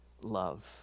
love